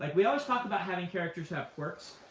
and we always talk about having characters have quirks.